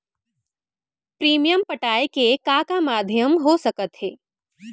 Premium पटाय के का का माधयम हो सकत हे?